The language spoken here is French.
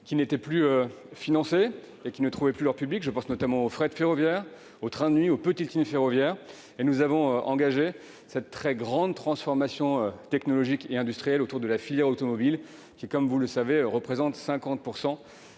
qui n'étaient plus financées et ne trouvaient plus leur public. Je pense notamment au fret ferroviaire, aux trains de nuit, ainsi qu'aux petites lignes ferroviaires. Par ailleurs, nous avons engagé une très grande transformation technologique et industrielle autour de la filière automobile. Celle-ci, vous le savez, représente 50